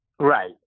Right